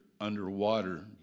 underwater